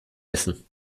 essen